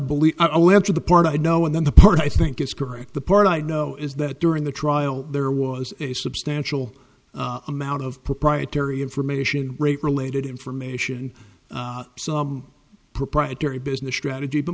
believe i will have to the part i know and then the part i think is correct the part i know is that during the trial there was a substantial amount of proprietary information related information some proprietary business strategy but